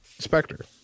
Spectre